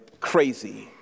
crazy